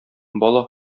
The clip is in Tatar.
бала